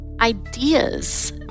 ideas